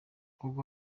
kuko